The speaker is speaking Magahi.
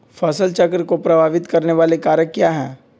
फसल चक्र को प्रभावित करने वाले कारक क्या है?